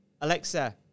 Alexa